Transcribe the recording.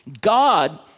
God